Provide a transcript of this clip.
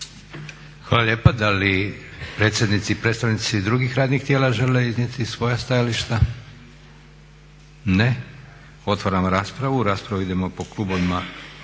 Hvala lijepa. Da li predsjednici i predstavnici drugih radnih tijela žele iznijeti svoja stajališta? Ne. Otvaram raspravu. U raspravu idemo po klubovima